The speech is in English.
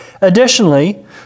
Additionally